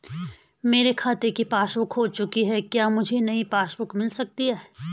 मेरे खाते की पासबुक बुक खो चुकी है क्या मुझे नयी पासबुक बुक मिल सकती है?